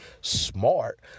smart